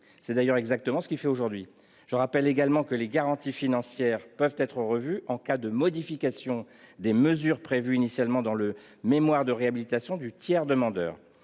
C'est d'ailleurs exactement ce qu'il fait aujourd'hui ! Je rappelle également que les garanties financières peuvent être revues en cas de modification des mesures prévues initialement dans le mémoire de réhabilitation du tiers demandeur.